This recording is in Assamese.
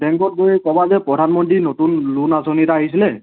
বেংকত গৈ ক'বা যে প্ৰধানমন্ত্ৰীৰ নতুন লোন আঁচনি এটা আহিছিলে